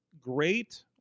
great